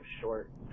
short